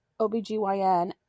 OBGYN